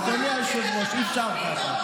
לא מתאים לך, אדוני היושב-ראש, אי-אפשר ככה.